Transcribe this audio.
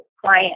client